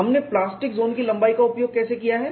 हमने plastic zone की लंबाई का उपयोग कैसे किया है